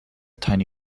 tiny